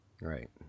Right